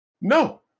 No